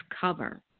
cover